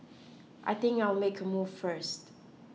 I think I'll make a move first